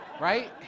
right